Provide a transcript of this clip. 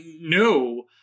No